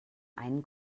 einen